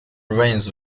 veins